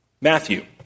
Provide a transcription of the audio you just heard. Matthew